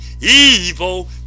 Evil